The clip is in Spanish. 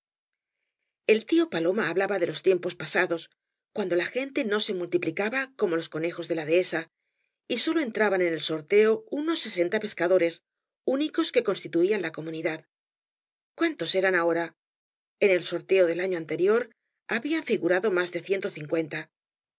el tío paloma hablaba de los tiempos pasados cuando la gente no se multiplicaba como los conejos de la dehesa y sólo entraban en el sorteo unos sesenta pescadores ú icos que constituían la comunidad cuántos eran ahora en el sorteo del año anterior habían figurado más de ciento cincuenta